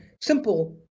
simple